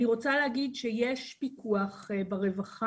אני רוצה להגיד שיש פיקוח ברווחה,